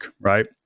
right